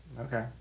Okay